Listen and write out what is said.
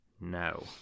No